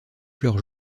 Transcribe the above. fleurs